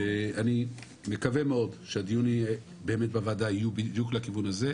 ואני מקווה מאוד שהדיונים בוועדה יהיו באמת לכיוון הזה,